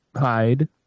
hide